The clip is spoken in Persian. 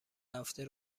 هفته